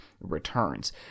returns